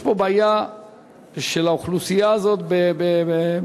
יש פה בעיה של האוכלוסייה הזו בדברים